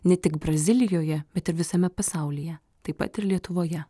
ne tik brazilijoje bet ir visame pasaulyje taip pat ir lietuvoje